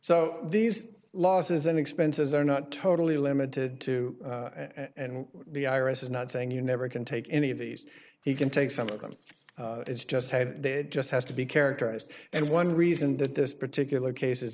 so these losses and expenses are not totally limited to the i r s is not saying you never can take any of these you can take some of them it's just just has to be characterized and one reason that this particular case is